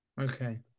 Okay